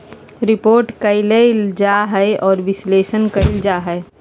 report कइल जा हइ और विश्लेषण कइल जा हइ